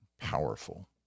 powerful